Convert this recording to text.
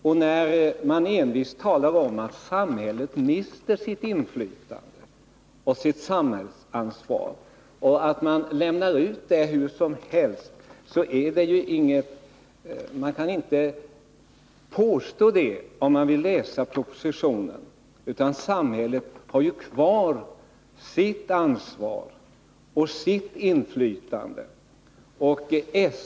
Man talar här envist om att samhället nu mister sitt inflytande och ansvar. Man kan inte påstå det om man har läst propositionen. Samhället har kvar sitt ansvar och sitt inflytande.